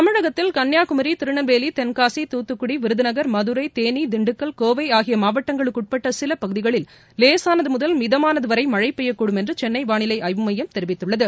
தமிழகத்தில்கள்ளியாகுமரி திருநெல்வேலி தென்காசி தூத்துக்குடி விருதநகர் மதுரை தேளிதிண்டுக்கல் கோவை ஆகிய மாவட்டங்களுக்குட்பட்ட சில பகுதிகளில் லேசானது முதல் மிதமான மழை டெய்யக்கூடும் என்று சென்ளை வாளிலை ஆய்வுமையம் தெரிவித்துள்ளது